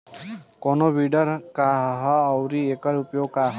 कोनो विडर का ह अउर एकर उपयोग का ह?